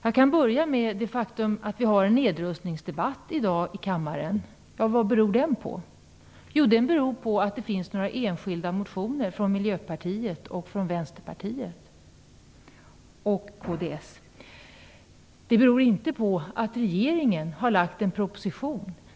Jag kan börja med det faktum att vi har en nedrustningsdebatt i dag i kammaren. Vad beror den på? Jo, den beror på att det finns några enskilda motioner från Miljöpartiet, Vänsterpartiet och kds. Det beror inte på att regeringen har lagt fram en proposition.